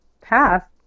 path